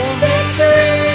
victory